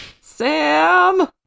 Sam